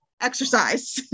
Exercise